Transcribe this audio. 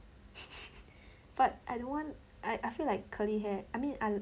but I don't want I I feel like curly hair I mean I